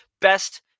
Best